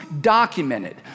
documented